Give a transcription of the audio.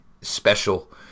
special